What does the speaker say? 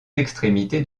extrémités